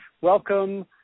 Welcome